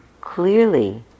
clearly